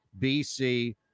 BC